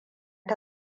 ta